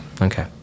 Okay